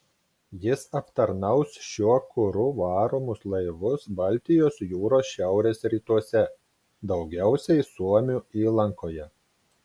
jis aptarnaus šiuo kuru varomus laivus baltijos jūros šiaurės rytuose daugiausiai suomių įlankoje